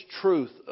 truth